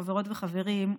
חברות וחברים,